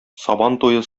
сабантуе